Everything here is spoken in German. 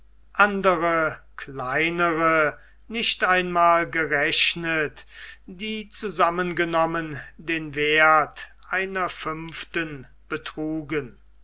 andere kleinere nicht einmal gerechnet die zusammengenommen den werth einer fünften betrugen